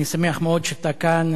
אני שמח מאוד שאתה כאן.